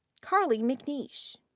karly mcneish.